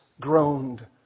groaned